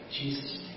Jesus